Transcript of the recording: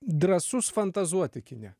drąsus fantazuoti kine